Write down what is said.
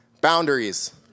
boundaries